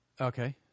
Okay